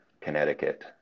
connecticut